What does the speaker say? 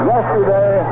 Yesterday